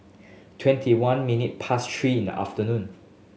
twenty one minutes past three in the afternoon